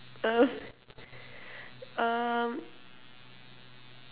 uh um